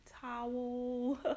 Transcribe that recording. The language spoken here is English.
towel